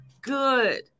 good